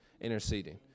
interceding